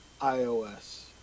iOS